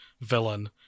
villain